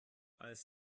als